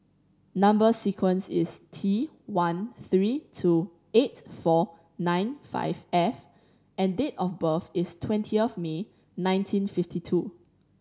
number sequence is T one three two eight four nine five F and date of birth is twenty of May nineteen fifty two